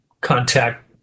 contact